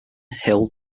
hill